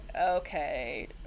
okay